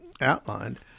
outlined